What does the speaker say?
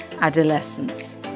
adolescence